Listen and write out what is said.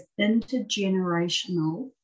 intergenerational